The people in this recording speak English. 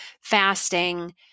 fasting